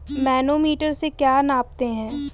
Manometer से क्या नापते हैं?